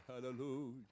Hallelujah